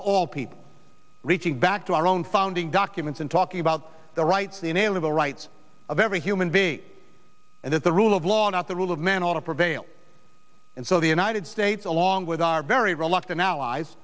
to all people reaching back to our own founding documents and talking about the rights the inala the rights of every human being and that the rule of law not the rule of man ought to prevail and so the united states along with our very reluctant allies